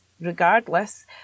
regardless